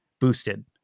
boosted